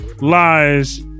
lies